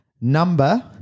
number